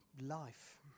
life